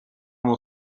uno